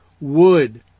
Wood